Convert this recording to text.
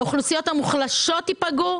האוכלוסיות המוחלשות ייפגעו,